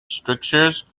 asceticism